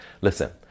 Listen